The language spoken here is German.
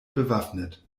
bewaffnet